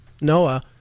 Noah